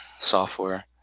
software